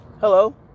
hello